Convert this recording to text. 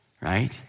right